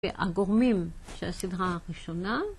הגורמים של הסדרה הראשונה